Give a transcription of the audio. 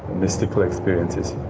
mystical experiences.